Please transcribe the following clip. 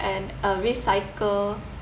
and uh recycle